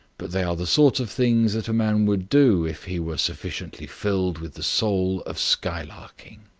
but they are the sort of things that a man would do if he were sufficiently filled with the soul of skylarking.